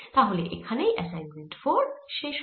তাহলে এখানেই অ্যাসাইনমেন্ট 4 শেষ হল